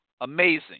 Amazing